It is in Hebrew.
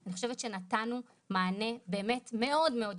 אני חושבת שנתנו מענה באמת מאוד מאוד יסודי,